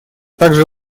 также